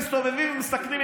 מסתובבים ומסכנים ילדים,